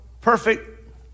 perfect